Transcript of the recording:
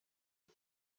jag